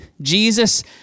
Jesus